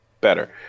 better